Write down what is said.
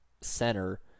center